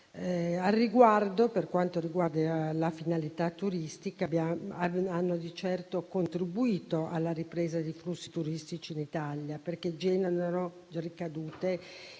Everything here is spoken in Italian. Per quanto riguarda la finalità turistica, tali locazioni hanno di certo contribuito alla ripresa di flussi turistici in Italia, generando ricadute